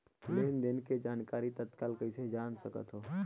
लेन देन के जानकारी तत्काल कइसे जान सकथव?